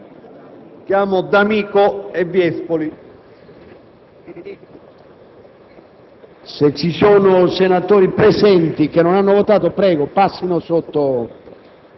Ziccone, Zuccherini.*